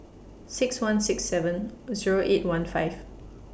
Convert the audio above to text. six one six seven Zero eight one five